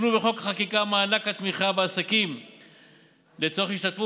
עוגנו בחקיקה מענק התמיכה בעסקים לצורך השתתפות